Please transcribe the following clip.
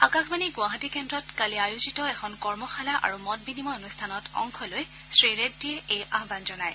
আকাশবাণী গুৱাহাটী কেন্দ্ৰত কালি আয়োজিত এখন কৰ্মশালা আৰু মত বিনিময় অনুষ্ঠানত অংশ লৈ শ্ৰীৰেড্ডিয়ে এই আহান জনায়